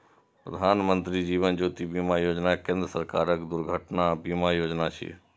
प्रधानमत्री जीवन ज्योति बीमा योजना केंद्र सरकारक दुर्घटना बीमा योजना छियै